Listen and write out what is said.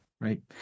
right